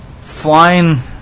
flying